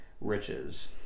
riches